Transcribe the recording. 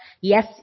yes